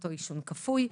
אותו עישון כפוי.